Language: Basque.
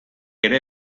ere